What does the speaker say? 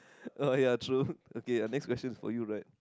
oh ya true okay your next question's for you right